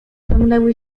ciągnęły